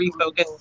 refocus